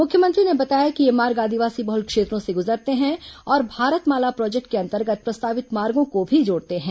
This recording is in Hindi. मुख्यमंत्री ने बताया कि ये मार्ग आदिवासी बहुल क्षेत्रों से गुजरते हैं और भारत माला प्रोजेक्ट के अंतर्गत प्रस्तावित मार्गो को भी जोड़ते हैं